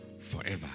forever